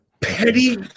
petty